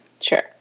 Sure